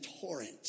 torrent